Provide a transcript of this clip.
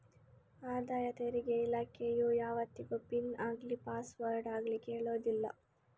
ಆದಾಯ ತೆರಿಗೆ ಇಲಾಖೆಯು ಯಾವತ್ತಿಗೂ ಪಿನ್ ಆಗ್ಲಿ ಪಾಸ್ವರ್ಡ್ ಆಗ್ಲಿ ಕೇಳುದಿಲ್ಲ